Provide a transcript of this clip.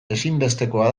ezinbestekoa